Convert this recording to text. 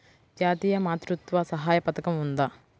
జాతీయ మాతృత్వ సహాయ పథకం ఉందా?